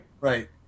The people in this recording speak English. Right